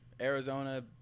Arizona